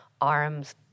ARMS